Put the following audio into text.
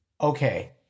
Okay